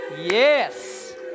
Yes